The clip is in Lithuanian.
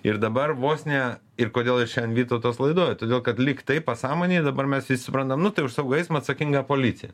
ir dabar vos ne ir kodėl ir šiandien vytautas laidoj todėl kad lyg tai pasąmonėj dabar mes visi suprantam nu tai už saugų eismą atsakinga policija